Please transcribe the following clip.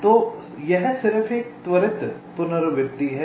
तो यह सिर्फ एक त्वरित पुनरावृत्ति है